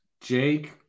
Jake